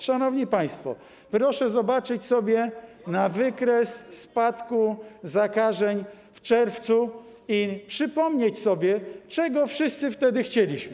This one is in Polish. Szanowni państwo, proszę zobaczyć, spojrzeć na wykres spadku zakażeń w czerwcu i przypomnieć sobie, czego wszyscy wtedy chcieliśmy.